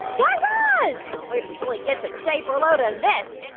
guy raz. wait until he gets a diaper-load of this.